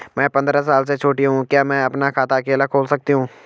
मैं पंद्रह साल से छोटी हूँ क्या मैं अपना खाता अकेला खोल सकती हूँ?